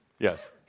Yes